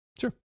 Sure